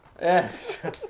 Yes